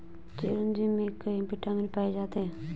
चिरोंजी में कई विटामिन पाए जाते हैं